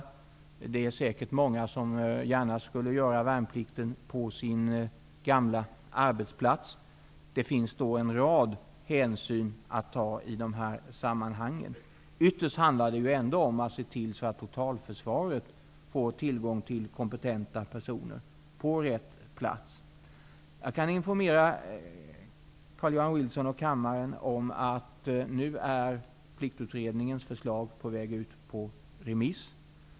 Det finns säkerligen många som gärna skulle göra värnplikten på sin gamla arbetsplats. Det finns en rad hänsyn att ta i dessa sammanhang. Ytterst handlar det ändå om att se till att totalförsvaret får tillgång till kompetenta personer på rätt plats. Jag kan informera Carl-Johan Wilson och kammarens ledamöter om att Pliktutredningens förslag nu är på väg ut på remiss.